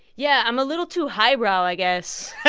yeah. i'm a little too highbrow, i guess i'm